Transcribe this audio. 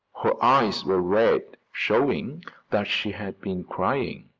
her eyes were red, showing that she had been crying.